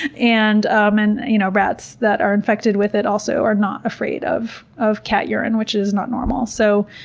and um and you know rats that are infected with it also are not afraid of of cat urine, which is not normal. so,